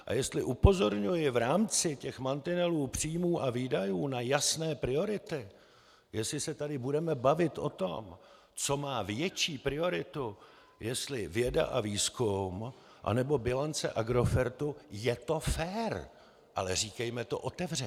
A jestli upozorňuji v rámci těch mantinelů příjmů a výdajů na jasné priority, jestli se tady budeme bavit o tom, co má větší prioritu, jestli věda a výzkum, anebo bilance Agrofertu, je to fér, ale říkejme to otevřeně.